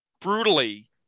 brutally